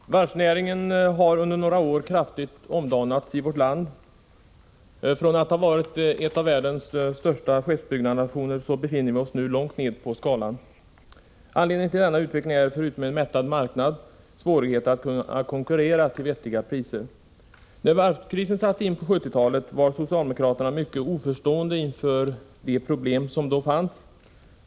Herr talman! Varvsnäringen har under några år kraftigt omdanats i vårt land. Från att ha varit en av världens största skeppsbyggarnationer har vårt land nu hamnat långt ner på skalan. Anledningen till denna utveckling är förutom en mättad marknad svårigheter att kunna konkurrera till vettiga priser. När varvskrisen satte in på 1970-talet var socialdemokraterna mycket oförstående inför de problem som då fanns.